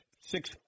six